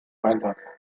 einsatz